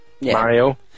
Mario